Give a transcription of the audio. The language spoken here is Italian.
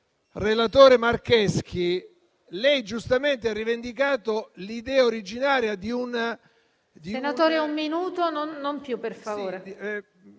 relatore Marcheschi, lei giustamente ha rivendicato l'idea originaria.